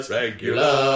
regular